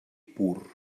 pur